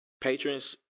Patrons